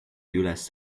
üles